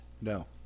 No